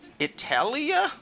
Italia